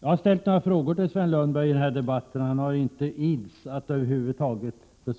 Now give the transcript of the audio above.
Jag har ställt några frågor till Sven Lundberg i den här debatten, och han iddes inte besvara någon av dem.